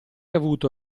avuto